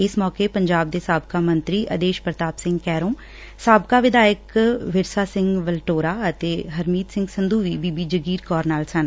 ਇਸ ਮੌਕੇ ਪੰਜਾਬ ਦੇ ਸਾਬਕਾ ਮੰਤਰੀ ਆਦੇਸ਼ ਪ੍ਰਤਾਪ ਸਿੰਘ ਕੈਰੋ ਸਾਬਕਾ ਵਿਧਾਇਕ ਵਿਰਸਾ ਸਿੰਘ ਵਲਟੋਹਾ ਅਤੇ ਹਰਮੀਤ ਸਿੰਘ ਸੰਧੁ ਵੀ ਬੀਬੀ ਜਗੀਰ ਕੌਰ ਨਾਲ ਸਨ